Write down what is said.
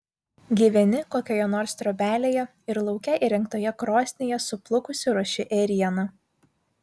gyveni kokioje nors trobelėje ir lauke įrengtoje krosnyje suplukusi ruoši ėrieną